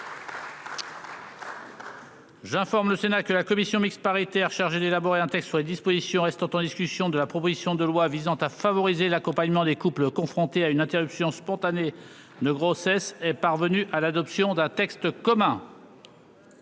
J'informe le Sénat que la commission mixte paritaire chargée d'élaborer un texte sur les dispositions restant en discussion de la proposition de loi visant à favoriser l'accompagnement des couples confrontés à une interruption spontanée de grossesse est parvenue à l'adoption d'un texte commun.